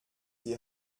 die